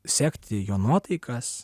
sekti jo nuotaikas